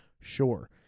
sure